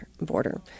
border